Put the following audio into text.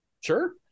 Sure